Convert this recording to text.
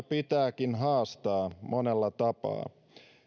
pitääkin haastaa monella tapaa